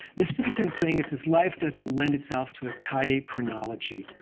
the second thing is his life doesn't lend itself to a tidy chronology.